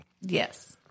Yes